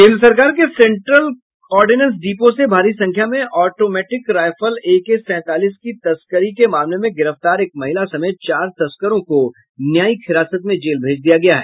केन्द्र सरकार के सेन्ट्रल ऑर्डिनेन्स डिपो से भारी संख्या में ऑटोमैटिक राइफल एके सैंतालीस की तस्करी के मामले में गिरफ्तार एक महिला समेत चार तस्करों को न्यायिक हिरासत में जेल भेज दिया गया है